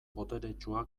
boteretsua